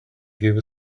gave